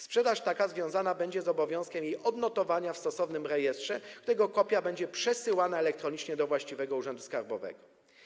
Sprzedaż taka związana będzie z obowiązkiem jej odnotowania w stosownym rejestrze, którego kopia będzie przesyłana elektronicznie do właściwego urzędu skarbowego.